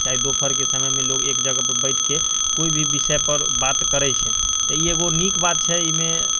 चाहे दोपहरके समयमे लोक एक जगहपर बैठिकऽ कोइ भी विषयपर बात करै छै तऽ ई एगो नीक बात छै एहिमे